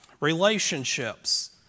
relationships